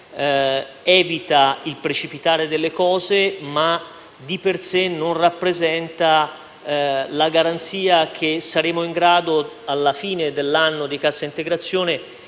evita il precipitare delle cose, ma, di per sé, non rappresenta la garanzia che, alla fine dell'anno di cassa integrazione,